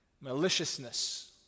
maliciousness